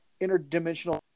interdimensional